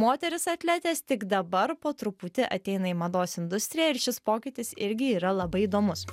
moterys atletės tik dabar po truputį ateina į mados industriją ir šis pokytis irgi yra labai įdomus